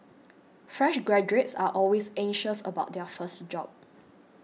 fresh graduates are always anxious about their first job